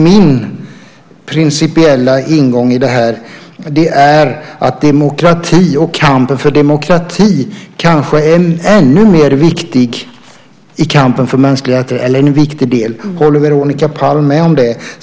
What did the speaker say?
Min principiella ingång i det här är att kampen för demokrati kanske är en ännu viktigare del i kampen för mänskliga rättigheter. Håller Veronica Palm med om det?